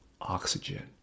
oxygen